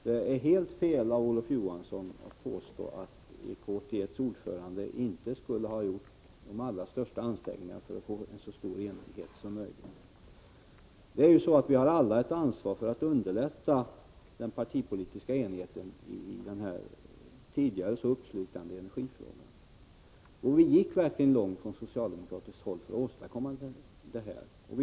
Det är helt fel av Olof Johansson att påstå att EK 81:s ordförande inte skulle ha gjort de allra största ansträngningar för att nå så stor enighet som möjligt. Vi har alla ett ansvar för att underlätta den partipolitiska enigheten i den tidigare så uppslitande energipolitiska frågan. Från socialdemokratiskt håll gick vi verkligen långt för att åstadkomma enighet i EK 81.